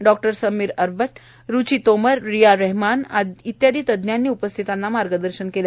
doctor Sameer Arbat Ruchi Tomar Riya Rahiman इत्यादी तज्ञांनी उपस्थितांना मार्गदर्शन कलं